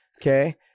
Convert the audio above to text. Okay